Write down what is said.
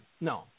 No